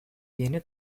yeni